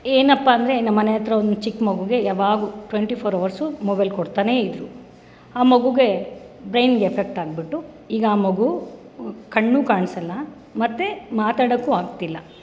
ಏನಪ್ಪ ಅಂದರೆ ನಮ್ಮ ಮನೆ ಹತ್ರ ಒಂದು ಚಿಕ್ಕ ಮಗುಗೆ ಯಾವಾಗ್ಲೂ ಟ್ವೆಂಟಿ ಫೋರ್ ಅವರ್ಸು ಮೊಬೈಲ್ ಕೊಡ್ತಾನೇಯಿದ್ರು ಆ ಮಗುಗೆ ಬ್ರೈನ್ಗೆ ಎಫೆಕ್ಟ್ ಆಗ್ಬಿಟ್ಟು ಈಗ ಆ ಮಗು ಕಣ್ಣೂ ಕಾಣಿಸಲ್ಲ ಮತ್ತು ಮಾತಾಡೋಕೂ ಆಗ್ತಿಲ್ಲ